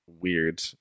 weird